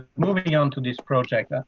moving on to this project,